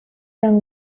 young